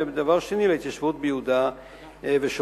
ודבר שני להתיישבות ביהודה ושומרון.